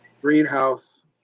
greenhouse